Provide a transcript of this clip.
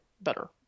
better